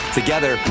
together